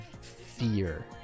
fear